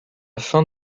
fin